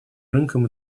рынкам